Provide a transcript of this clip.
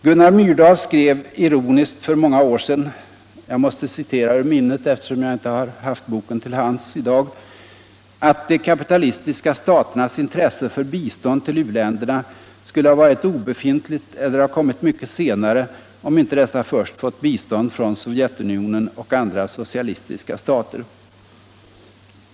Gunnar Myrdal skrev ironiskt för många år sedan — jag måste citera ur minnet eftersom jag inte har haft boken till hands i dag — att de kapitalistiska staternas intresse för bistånd ull u-länderna skulle ha varit obefintligt eller ha kommit mycket senare om inte dessa först fått bistånd från Sovjetunionen och andra socialistiska stater.